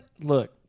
Look